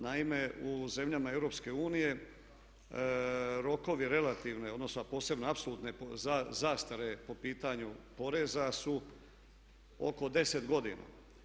Naime, u zemljama EU rokovi relativne, odnosno posebno apsolutne zastare po pitanju poreza su oko 10 godina.